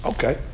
Okay